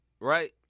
right